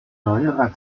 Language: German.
neuerer